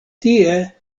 tie